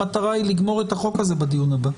המטרה היא לגמור את החוק הזה בדיון הבא.